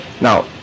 Now